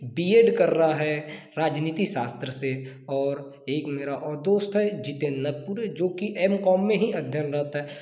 BEd कर रहा है राजनीतीशास्त्र से और एक मेरा और दोस्त है जितिन नतखरे जोकि एम कॉम में ही अध्यनरत है